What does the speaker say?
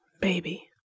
Baby